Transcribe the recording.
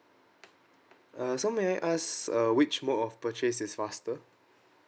uh so may I just uh which mode of purchase is faster